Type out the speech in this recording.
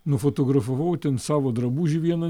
nufotografavau ten savo drabužį vieną